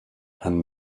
and